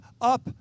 up